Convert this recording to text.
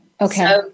okay